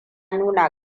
nuna